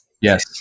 Yes